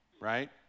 Right